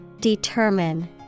Determine